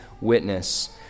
witness